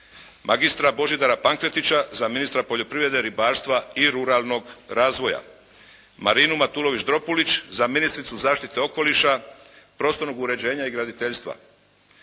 magistra Božidara Pankretića za ministra poljoprivrede, ribarstva i ruralnog razvoja, Marinu Matulović-Dropulić za ministricu zaštite okoliša, prostornog uređenja i graditeljstva